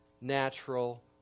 natural